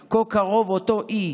/ כה קרוב / אותו אי,